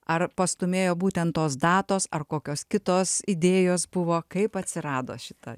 ar pastūmėjo būtent tos datos ar kokios kitos idėjos buvo kaip atsirado šita